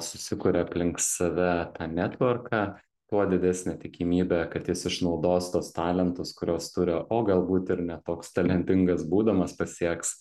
susikuria aplink save tą netvorką tuo didesnė tikimybė kad jis išnaudos tuos talentus kurios turi o galbūt ir ne toks talentingas būdamas pasieks